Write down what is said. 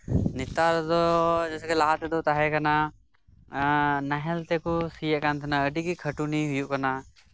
ᱱᱮᱛᱟᱨ ᱫᱚ ᱡᱮᱭᱥᱮ ᱠᱤ ᱞᱟᱦᱟ ᱛᱮᱫᱚ ᱛᱟᱦᱮᱸᱠᱟᱱᱟ ᱮᱸᱜ ᱟᱰᱤ ᱜᱮ ᱠᱷᱟᱴᱩᱱᱤ ᱦᱩᱭᱩᱜ ᱠᱟᱱᱟ ᱟᱨ ᱱᱮᱛᱟᱨ